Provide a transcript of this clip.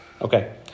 Okay